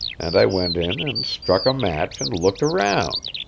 and i went in and struck a match and looked round.